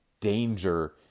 danger